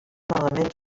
malament